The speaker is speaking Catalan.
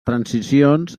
transicions